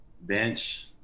Bench